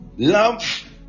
Love